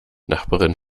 nachbarin